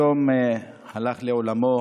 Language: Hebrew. היום הלך לעולמו